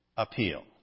appeal